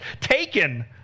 taken